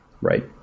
right